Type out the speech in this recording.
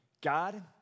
God